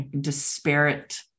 disparate